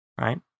right